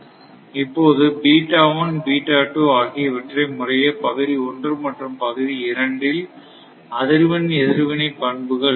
இப்போது ஆகியவை முறையே பகுதி 1 மற்றும் பகுதி இரண்டில் அதிர்வெண் எதிர்வினை பண்புகள்